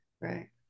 right